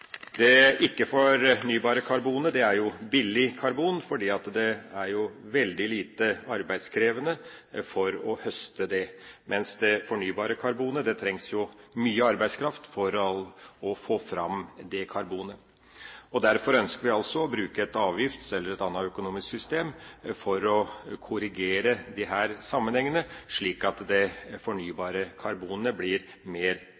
det er jo veldig lite arbeidskrevende å høste det, mens det trengs mye arbeidskraft for å få fram det fornybare karbonet. Derfor ønsker vi altså å bruke et avgiftssystem, eller et annet økonomisk system, for å korrigere disse sammenhengene, slik at det fornybare karbonet blir mer